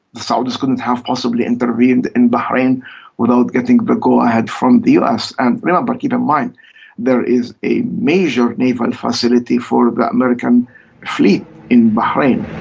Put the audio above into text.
the saudis couldn't have possibly intervened in bahrain without getting the go-ahead from the us. and remember, keep in mind there is a major naval facility for the american fleet in bahrain.